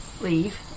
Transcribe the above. leave